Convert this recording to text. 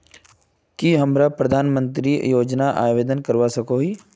की हमरा प्रधानमंत्री योजना आवेदन करवा सकोही?